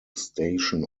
station